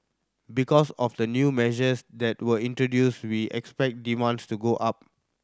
because of the new measures that were introduced we expect demands to go up